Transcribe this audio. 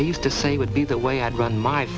i used to say would be the way i'd run my